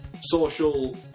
social